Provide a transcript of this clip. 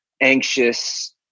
anxious